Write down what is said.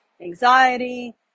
anxiety